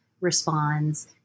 responds